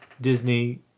Disney